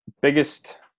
Biggest